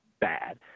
bad